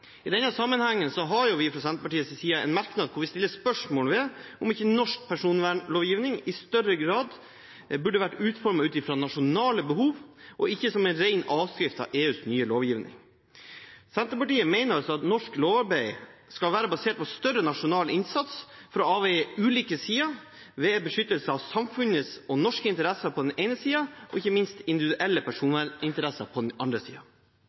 I denne sammenheng har vi fra Senterpartiets side en merknad hvor vi stiller spørsmål ved om ikke norsk personvernlovgivning i større grad burde vært utformet ut fra nasjonale behov, og ikke som en ren avskrift av EUs nye lovgivning. Senterpartiet mener altså at norsk lovarbeid skal være basert på større nasjonal innsats for å avveie ulike sider ved beskyttelse av samfunnets og norske interesser på den ene siden og ikke minst individuelle personverninteresser på den andre